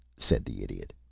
said the idiot.